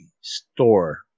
store